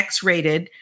X-rated